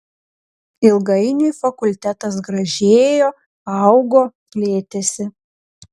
ilgainiui fakultetas gražėjo augo plėtėsi